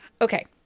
okay